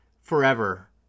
forever